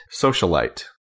Socialite